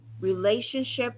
relationships